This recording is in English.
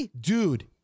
dude